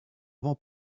vent